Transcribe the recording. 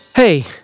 Hey